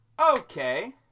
Okay